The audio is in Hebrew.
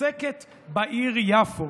עוסקת בעיר יפו.